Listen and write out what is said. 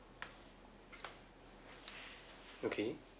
okay